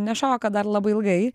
nešoka dar labai ilgai